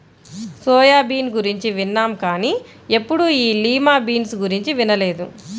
soya bean గురించి విన్నాం కానీ ఎప్పుడూ ఈ లిమా బీన్స్ గురించి వినలేదు